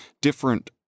different